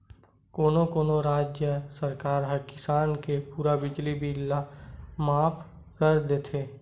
कोनो कोनो राज सरकार ह किसानी के पूरा बिजली बिल ल माफ कर देथे